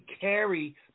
carry